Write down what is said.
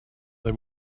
they